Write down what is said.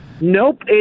Nope